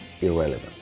irrelevant